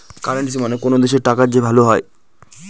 currency মানে কোনো দেশের টাকার যে ভ্যালু হয়